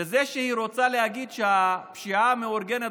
על זה שהיא רוצה להגיד שהפשיעה המאורגנת